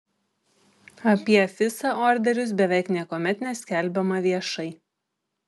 apie fisa orderius beveik niekuomet neskelbiama viešai